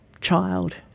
child